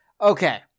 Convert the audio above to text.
Okay